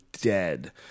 dead